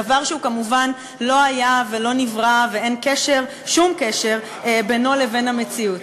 דבר שכמובן לא היה ולא נברא ואין שום קשר בינו לבין המציאות.